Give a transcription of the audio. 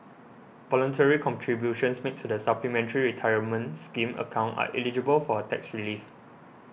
voluntary contributions made to the Supplementary Retirement Scheme account are eligible for a tax relief